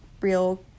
real